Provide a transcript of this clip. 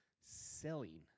selling